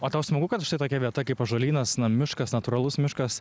o tau smagu kad štai tokia vieta kaip ąžuolynas miškas natūralus miškas